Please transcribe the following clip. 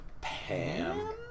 Pam